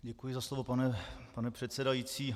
Děkuji za slovo, pane předsedající.